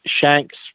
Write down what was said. shanks